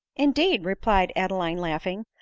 indeed? replied adeline laughing.